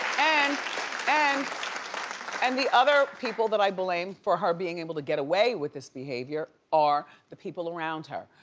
and and and the other people that i blame for her being able to get away with this behavior are the people around her.